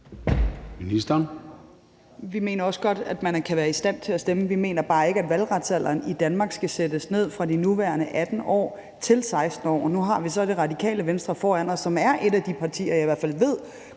Løhde): Vi mener også godt, at man kan være i stand til at stemme. Vi mener bare ikke, at valgretsalderen i Danmark skal sættes ned fra de nuværende 18 år til 16 år. Nu har vi så Radikale Venstre foran os, som er et af de partier, jeg i